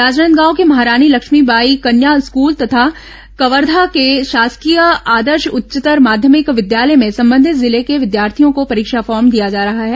राजनांदगांव के महारानी लक्ष्मीबाई कन्या स्कूल और कवर्घा के शासकीय आदर्श उच्चतर माध्यमिक विद्यालय में संबंधित जिले के विद्यार्थियों को परीक्षा फॉर्म दिया जा रहा है